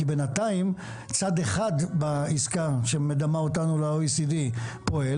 כי בינתיים צד אחד בעסקה שמדמה אותנו ל-OECD פועל,